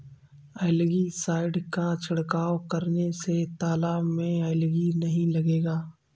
algae side का छिड़काव करने से तालाब में एलगी नहीं लगेगा